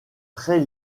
très